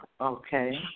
Okay